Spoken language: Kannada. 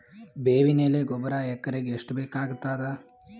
ಬೇವಿನ ಎಲೆ ಗೊಬರಾ ಎಕರೆಗ್ ಎಷ್ಟು ಬೇಕಗತಾದ?